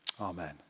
Amen